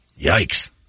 Yikes